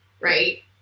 right